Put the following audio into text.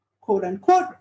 quote-unquote